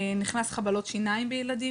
נכנס חבלות שיניים בילדים.